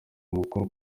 umukoro